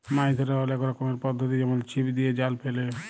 মাছ ধ্যরার অলেক রকমের পদ্ধতি যেমল ছিপ দিয়ে, জাল ফেলে